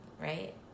Right